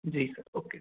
जी okay